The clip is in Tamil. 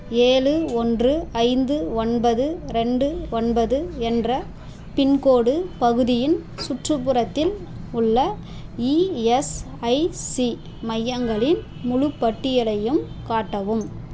ஏழு ஓன்று ஐந்து ஒன்பது ரெண்டு ஒன்பது என்ற பின்கோட் பகுதியின் சுற்றுப்புறத்தில் உள்ள இஎஸ்ஐசி மையங்களின் முழுப் பட்டியலையும் காட்டவும்